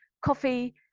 coffee